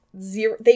zero